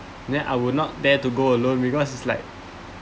then I will not dare to go alone because it's like